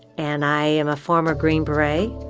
and i am a former green beret